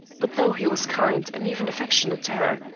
but though he was kind, and even affectionate to her,